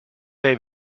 day